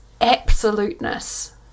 absoluteness